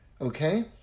okay